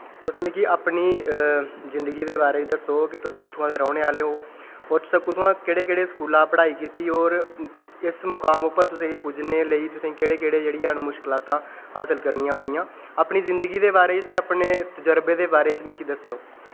तुस मिगी अपनी जिन्दगी दे बारे च दस्सो कि तुस कुत्थमां दे रौह्ने आह्ले हो और तुसें कुत्थुआं केह्ड़े केह्ड़े स्कूला दा पढ़ाई कीती और इस मुकाम पर पुज्जने तांई तुसें केह्ड़ी केह्ड़ी मुश्कलां हासल करनियां पेईयां अपनी जिन्दगी दे बारे च ते अपमे तजुर्बे दे बारे च मिगी दस्सेओ